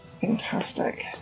Fantastic